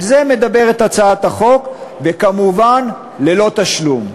על זה מדברת הצעת החוק, וכמובן ללא תשלום.